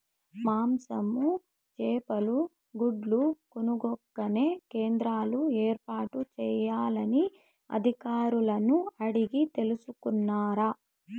మాంసము, చేపలు, గుడ్లు కొనుక్కొనే కేంద్రాలు ఏర్పాటు చేయాలని అధికారులను అడిగి తెలుసుకున్నారా?